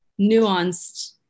nuanced